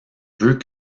veut